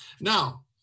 Now